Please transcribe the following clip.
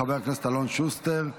חבר הכנסת אלון שוסטר,